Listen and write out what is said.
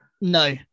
no